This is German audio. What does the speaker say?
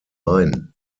main